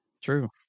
True